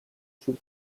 sul